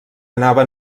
anava